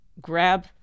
grab